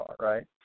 right